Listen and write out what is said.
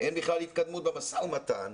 אין בכלל התקדמות במשא ומתן,